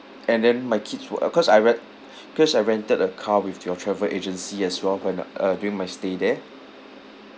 and then my kids were uh cause I rent cause I rented a car with your travel agency as well when uh during my stay there